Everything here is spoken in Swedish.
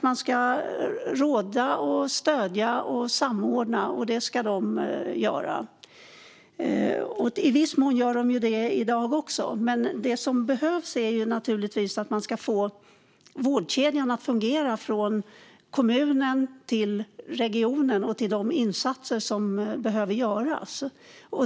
De ska råda, stödja och samordna. I viss mån gör de det i dag också, men det som behövs är naturligtvis att man ska få vårdkedjan att fungera - från kommunen till regionen och till de insatser som behöver göras.